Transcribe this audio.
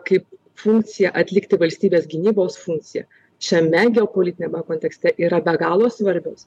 kaip funkcija atlikti valstybės gynybos funkciją šiame geopolitiniame kontekste yra be galo svarbios